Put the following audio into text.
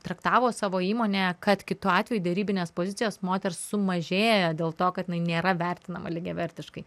traktavo savo įmonėje kad kitu atveju derybinės pozicijos moters sumažėja dėl to kad jinai nėra vertinama lygiavertiškai